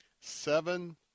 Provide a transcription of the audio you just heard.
Seven